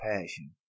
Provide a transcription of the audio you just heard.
passion